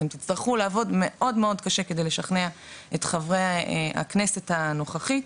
אתם תצטרכו לעבוד מאוד מאוד קשה כדי לשכנע את חברי הכנסת הנוכחית,